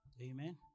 Amen